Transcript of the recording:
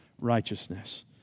righteousness